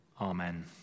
Amen